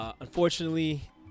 Unfortunately